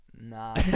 Nah